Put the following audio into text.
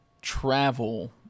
travel